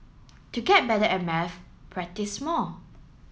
to get better at maths practise more